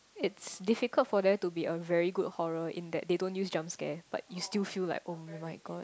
it's difficult for there to be a very good horror in that they don't use jump scare but you still feel like [oh]-my-god